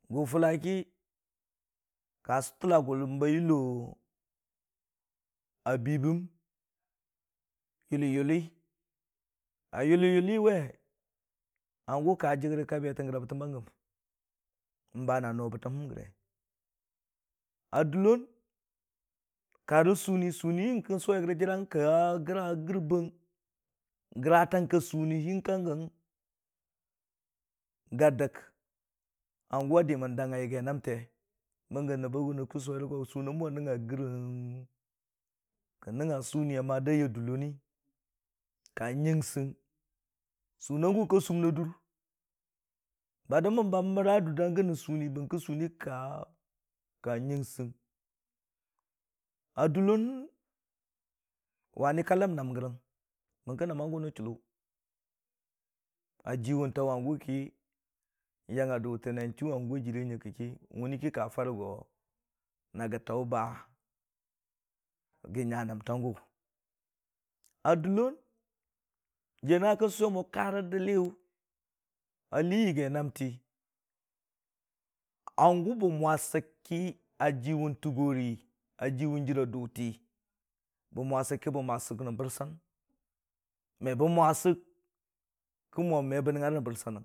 Gʊ fʊllaki ka sʊttala gʊlom ba yʊllo a bi bəm, yʊli yʊli, a yʊli- yʊli we hangu ka jəg rə ka betəng gəraa bəttam ba gəm, bana noo bəttam ba gəm, bana noo bəttam gəre. A dəllone ka rə sʊni, sʊni ka graa gərbəng nyəro kən sʊwe grəng dirana. Gratang ka sʊniyang gʊ ga dəg hangʊ a diməng dag a yaygi naatee, bəngə nəb a aʊn kə sʊweri go kən nəngnga sʊni a nəngnga da ya dəllowi mən ka. yəng səng, sʊna gʊ ka sʊmən na dur, ba dəmməm ba məra dʊr da gəng rə sʊni, bərki sʊna gʊ ka yəngsəng, a dəllo wani ka ləm naam gərəng bənki nəama gʊ nən chʊllo, a jiwe tau hangʊ ki, ajiwe yangnga duute na chuu hangʊ a jirə ki, wʊni ki ka farə go na gə taʊ na ba gə nya naatang gʊ, a dəllon jiya nəngnga kən sʊwe mu karə dəlliyʊ a lii yaggi naamte, hangu bə mwa sək ki a jɨwʊn tʊgori a jiwʊng jɨra duute bə mwa sək ki bə mwa nən bərsan, mə bə mwa sək kə mu mebə nəngnga ra bərsanəng.